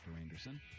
Anderson